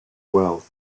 well